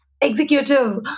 Executive